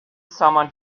someone